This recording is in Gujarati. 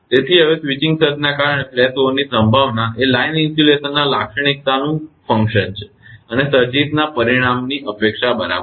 તેથી હવે સ્વિચિંગ સર્જના કારણે ફ્લેશઓવરની સંભાવના એ લાઈન ઇન્સ્યુલેશન લાક્ષણિકતાનું ફંકશનકાર્ય છે અને સર્જિસના પરિમાણ ની અપેક્ષા બરાબર